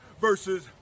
versus